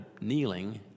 kneeling